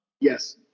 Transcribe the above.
Yes